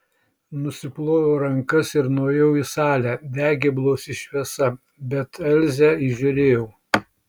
nusiploviau rankas ir nuėjau į salę degė blausi šviesa bet elzę įžiūrėjau